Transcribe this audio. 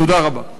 תודה רבה.